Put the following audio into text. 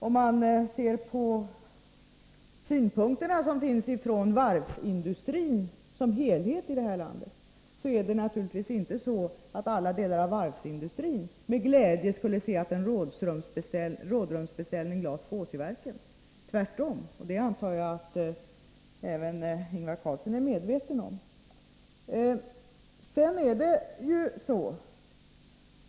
Om man ser på de synpunkter som finns hos varvsindustrin i detta land som helhet, finner man att naturligtvis inte alla delar av varvsindustrin med glädje skulle se att en rådrumsbeställning lades på Åsiverken. Tvärtom! Och det antar jag att även Ingvar Karlsson i Bengtsfors är medveten om.